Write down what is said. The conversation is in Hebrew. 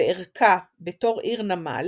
וערכה בתור עיר נמל